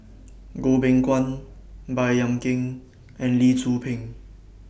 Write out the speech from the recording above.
Goh Beng Kwan Baey Yam Keng and Lee Tzu Pheng